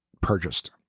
purchased